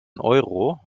euro